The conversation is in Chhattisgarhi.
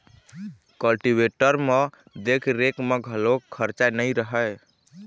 कल्टीवेटर म देख रेख म घलोक खरचा नइ रहय